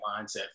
mindset